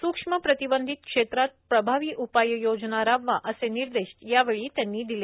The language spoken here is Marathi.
सूक्ष्म प्रतिबंधित क्षेत्रात प्रभावी उपाययोजना राबवा असे निर्देश यावेळी त्यांनी दिले